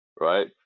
Right